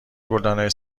گلدانهای